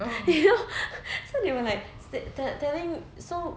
they all so they were like tell tell telling so